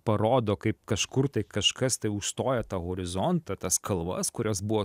parodo kaip kažkur tai kažkas tai užstoja tą horizontą tas kalvas kurios buvo